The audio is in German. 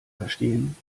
verstehen